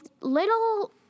little